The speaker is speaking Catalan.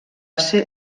ser